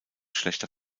schlechter